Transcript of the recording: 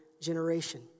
generation